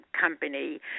company